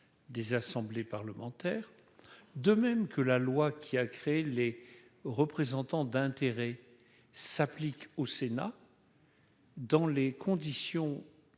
des assemblées parlementaires, de même que la loi qui a créé les représentants d'intérêts s'applique au Sénat. Dans les conditions